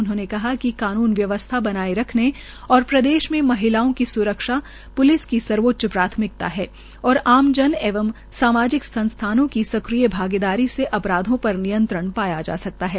उन्होंने कहा कि कानून व्यवस्था बनाए रखने और प्रदेश में महिलाओं की स्रक्षा प्लिस की सर्वोच्च प्राथमिकता है और आमजन एंव सामाजिक संस्थानों की सक्रिय भागीदारी से अपराधों पर नियंत्रण पाया जा सकता है